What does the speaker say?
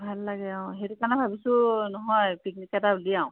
ভাল লাগে অঁ সেইটো কাৰণে ভাবিছোঁ নহয় পিকনিক এটা উলিয়াওঁ